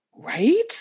right